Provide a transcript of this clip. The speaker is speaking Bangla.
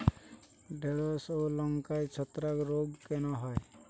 ঢ্যেড়স ও লঙ্কায় ছত্রাক রোগ কেন হয়?